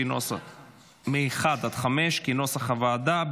כנוסח הוועדה,